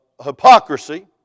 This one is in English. hypocrisy